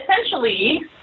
Essentially